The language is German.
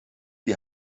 die